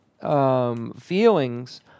feelings